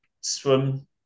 swim